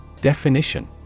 Definition